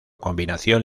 combinación